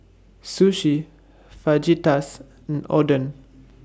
Sushi Fajitas and Oden